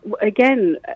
again